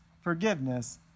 Forgiveness